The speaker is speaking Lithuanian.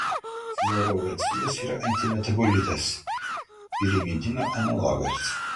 fluorouracilas yra antimetabolitas pirimidino analogas